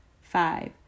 Five